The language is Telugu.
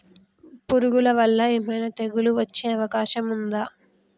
పురుగుల వల్ల ఏమైనా తెగులు వచ్చే అవకాశం ఉందా?